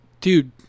dude